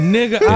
Nigga